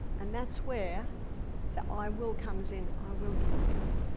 and that's where the i will comes in, i will do this.